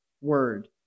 word